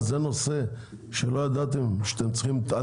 זה נושא שלא ידעתם שאתם צריכים לפתור אותו?